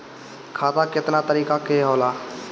खाता केतना तरीका के होला?